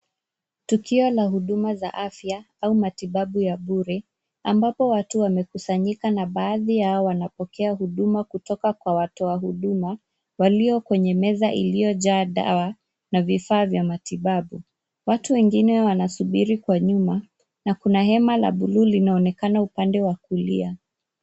Tukio la huduma za afya au matibabu ya bure ambapo watu wamekusanyika na baadhi yao wanapokea huduma kutoka kwa watu wa huduma walio kwenye meza iliyojaa dawa na vifaa vya matibabu. Watu wengine wanasubiri kwa nyuma na kuna hema la bluu lilinaonekana upande wa kulia.